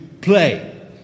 play